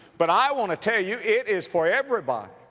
but i want to tell you, it is for everybody,